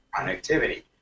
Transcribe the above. connectivity